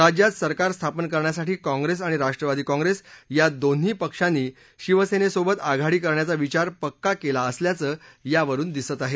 राज्यात सरकार स्थापन करण्यासाठी काँग्रेस आणि राष्ट्रवादी काँग्रेस या दोन्ही पक्षांनी शिवसेनेसोबत आघाडी करण्याचा विचार पक्का केला असल्याचं यावरून दिसत आहे